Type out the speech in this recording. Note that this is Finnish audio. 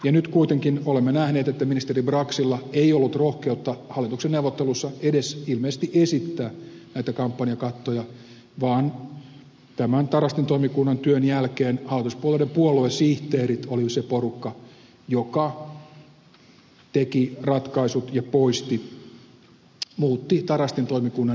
nyt kuitenkin olemme nähneet että ministeri braxilla ei ollut rohkeutta hallituksen neuvotteluissa edes ilmeisesti esittää näitä kampanjakattoja vaan tämän tarastin toimikunnan työn jälkeen hallituspuolueiden puoluesihteerit oli se porukka joka teki ratkaisut ja poisti muutti tarastin toimikunnan ehdotuksia